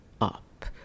up